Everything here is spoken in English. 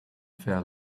fair